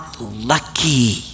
lucky